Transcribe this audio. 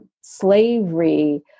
slavery